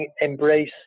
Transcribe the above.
embrace